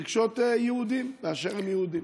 זה רגשות יהודים באשר הם יהודים.